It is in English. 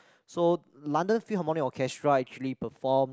so London few harmonic orchestra actually perform